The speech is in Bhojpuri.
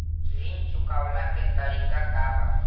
ऋण चुकव्ला के तरीका का बा?